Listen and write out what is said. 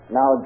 Now